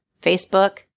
Facebook